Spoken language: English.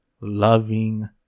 loving